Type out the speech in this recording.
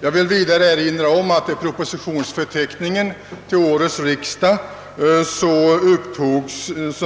Vidare vill jag erinra om att det i propositionsförteckningen = till årets riksdag